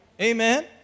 Amen